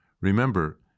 Remember